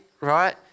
right